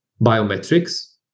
biometrics